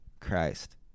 Christ